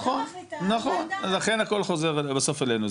נכון לכן הכל חוזר בסוף אלינו.